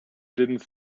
didn’t